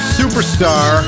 superstar